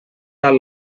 tal